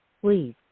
Please